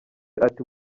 ati